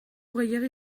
gehiegi